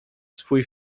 swój